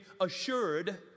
assured